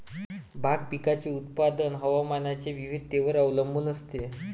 भाग पिकाचे उत्पादन हवामानाच्या विविधतेवर अवलंबून असते